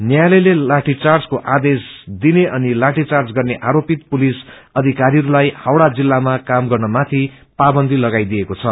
न्यायालयले लाठीचार्जको आदेश दिने अनि लाठीचार्ज गर्ने आरोपित पुलिस अधकारीहरूलाई हावडा जिल्लामा काम गर्नमाथि पावन्दी लगाईदिएको छ